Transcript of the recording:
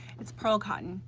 it's pearl cotton,